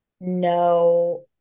no